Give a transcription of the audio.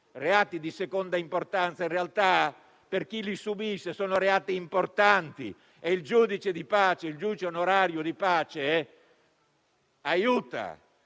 reati di seconda importanza, in realtà per chi li subisce sono reati importanti e il giudice onorario di pace aiuta